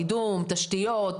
קידום תשתיות,